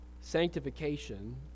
sanctification